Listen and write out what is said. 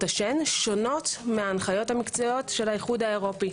השן שונות מההנחיות המקצועיות של האיחוד האירופי.